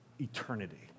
eternity